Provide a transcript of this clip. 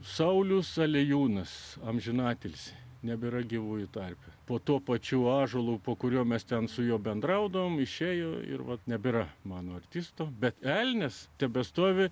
saulius alejūnas amžinatilsį nebėra gyvųjų tarpe po tuo pačiu ąžuolu po kurio mes ten su juo bendraudavome išėjo ir vat nebėra mano artisto bet elnias tebestovi